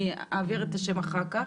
אעביר את השם אחר כך.